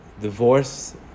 Divorce